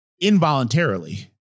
involuntarily